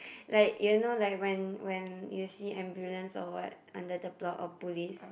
like you know like when when you see ambulance or what under the block or police